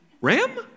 Ram